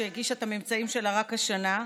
שהגישה את הממצאים שלה רק השנה,